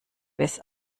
bis